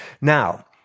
Now